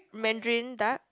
mandarin duck